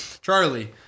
Charlie